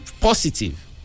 positive